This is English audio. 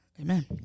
Amen